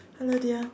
hello dear